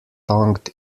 tongued